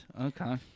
Okay